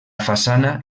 façana